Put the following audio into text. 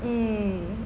mm